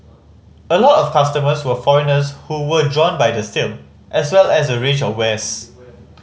a lot of customers were foreigners who were drawn by the sale as well as the range of wares